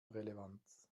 relevanz